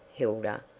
hilda.